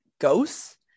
ghosts